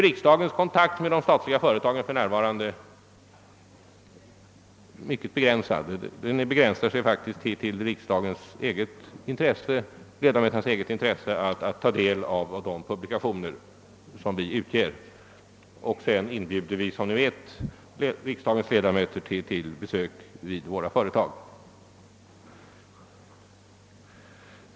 Riksdagens kontakt med de statliga företagen är egentligen helt beroende av ledamöternas eget intresse av att ta del av de publikationer vi ger ut. Men vi inbjuder som bekant riksdagens ledamöter till besök vid våra företag.